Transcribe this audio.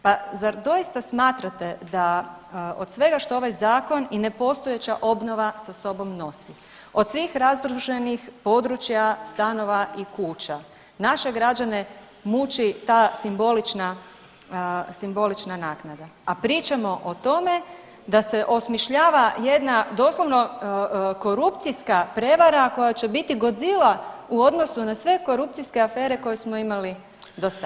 Pa zar doista smatrate da od svega što ovaj zakon i nepostojeća obnova sa sobom nosi od svih razrušenih područja, stanova i kuća naše građane muči ta simbolična naknada, a pričamo o tome da se osmišljava jedna doslovno korupcijska prevara koja će biti Godzila u odnosu na sve korupcijske afere koje smo imali do sada.